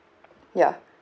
ya